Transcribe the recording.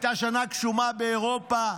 הייתה שנה גשומה באירופה,